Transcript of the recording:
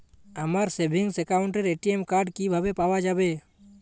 আমার সেভিংস অ্যাকাউন্টের ATM card কিভাবে পাওয়া যাবে?